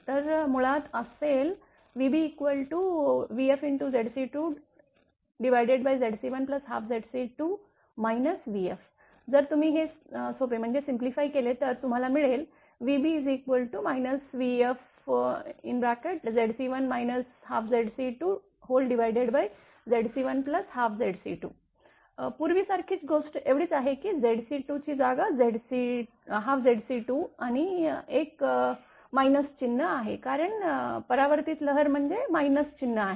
तर मुळात असेल vbvfZc2Zc1Zc22 vf जर तुम्ही हे सोपे केले तर तुम्हाला मिळेल vb vfZc1 Zc22Zc1Zc22 पूर्वीसारखीच गोष्ट एवढीच आहे की Zc2 ची जागा Zc22 आणि एक मायनस चिन्ह आहे कारण परावर्तित लहर म्हणजे मायनस चिन्ह आहे